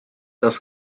das